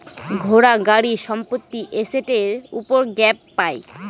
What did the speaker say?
ঘোড়া, গাড়ি, সম্পত্তি এসেটের উপর গ্যাপ পাই